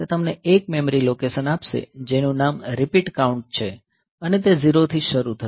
તે તમને એક મેમરી લોકેશન આપશે જેનું નામ રીપીટ કાઉન્ટ છે અને તે 0 થી શરુ થશે